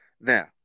Now